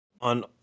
on